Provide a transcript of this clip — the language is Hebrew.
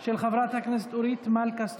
של חברת הכנסת אורית מלכה סטרוק.